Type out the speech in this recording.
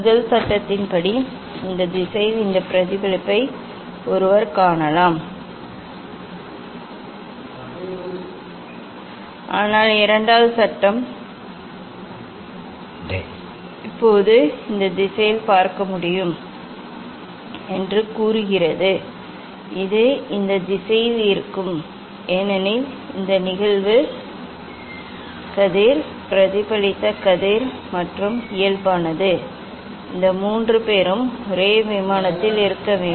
முதல் சட்டத்தின்படி இந்த திசையில் இந்த பிரதிபலிப்பையும் ஒருவர் காணலாம் ஆனால் இரண்டாவது சட்டம் இப்போது இந்த திசையில் பார்க்க முடியாது என்று கூறுகிறது இது இந்த திசையில் இருக்கும் ஏனெனில் இந்த நிகழ்வு கதிர் பிரதிபலித்த கதிர் மற்றும் இயல்பானது இந்த மூன்று பேரும் ஒரே விமானத்தில் இருக்க வேண்டும்